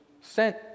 sent